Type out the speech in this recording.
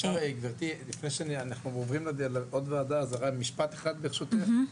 אפשר גבירתי לפני שאנחנו עוברים לעוד ועדה רק משפט אחד ברשותך.